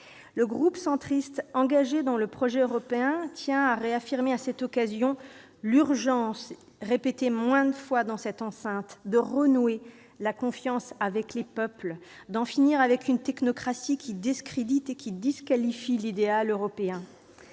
groupe, engagé dans le projet européen, tient à réaffirmer à cette occasion l'urgence, répétée maintes fois dans cette enceinte, de renouer la confiance avec les peuples et d'en finir avec une technocratie qui discrédite et qui disqualifie l'idéal européen.